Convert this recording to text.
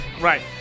right